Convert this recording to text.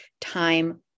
time